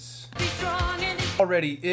Already